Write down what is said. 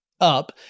up